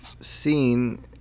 seen